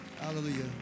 Hallelujah